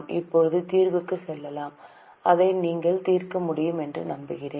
இப்போது தீர்வுக்கு செல்வோம் அதை நீங்கள் தீர்க்க முடியும் என்று நம்புகிறேன்